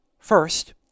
First